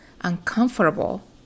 uncomfortable